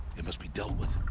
it must be dealt with.